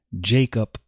Jacob